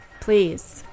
Please